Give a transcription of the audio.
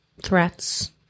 threats